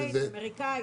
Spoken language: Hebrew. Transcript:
כן, אירופאית, אמריקאית.